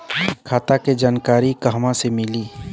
खाता के जानकारी कहवा से मिली?